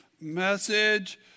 message